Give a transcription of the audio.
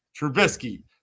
Trubisky